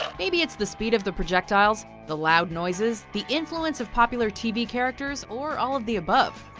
maybe it's the speed of the projectiles, the loud noises, the influence of popular tv characters, or all of the above.